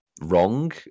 wrong